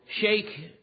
shake